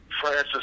Francis